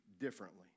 differently